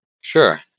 Sure